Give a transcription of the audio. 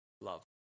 love